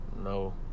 No